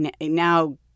now